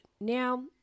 now